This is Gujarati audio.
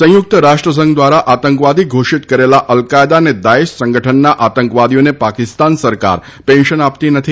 સંયુક્ત રાષ્ટ્રસંઘ દ્વારા આતંકવાદી ઘોષિત કરેલા અલકાયદા અને દાએશ સંગઠનના આતંકવાદીઓને પાકિસ્તાન સરકાર પેન્શન આપતી નથી